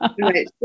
Right